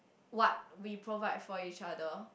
what we provide for each other